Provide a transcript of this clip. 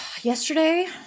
Yesterday